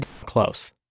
close